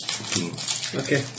okay